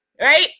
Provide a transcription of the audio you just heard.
right